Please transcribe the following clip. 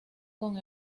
con